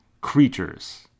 creatures